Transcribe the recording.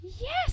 Yes